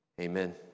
Amen